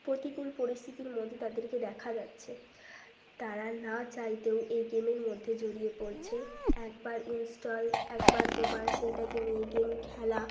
প্রতিকুল পরিস্থিতির মধ্যে তাদেরকে দেখা যাচ্ছে তারা না চাইতেও এই গেমের মধ্যে জড়িয়ে পড়ছে একবার ইনস্টল একবার দুবার সেটাকে নিয়ে গেম খেলা